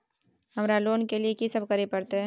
हमरा लोन के लिए की सब करे परतै?